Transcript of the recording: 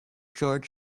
georg